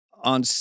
on